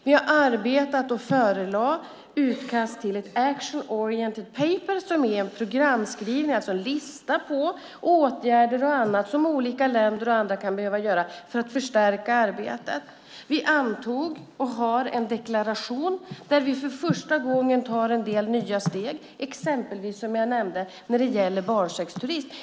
Vi har arbetat och förelagt ett utkast till ett action oriented paper som är en programskrivning, alltså en lista på åtgärder och annat som olika länder och andra kan behöva göra för att förstärka arbetet. Vi har antagit en deklaration där vi för första gången tar en del nya steg, exempelvis som jag nämnde när det gäller barnsexturism.